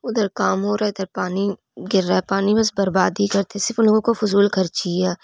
ادھر کام ہو رہا ہے ادھر پانی گر رہا ہے پانی بس برباد ہی کرتے صرف ان لوگوں کو فضول خرچی ہی